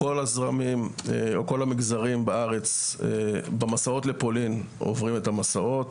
שכל הזרמים או כל המגזרים בארץ במסעות לפולין עוברים את המסעות,